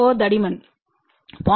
4 தடிமன் 0